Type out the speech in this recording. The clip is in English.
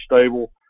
stable